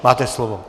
Máte slovo.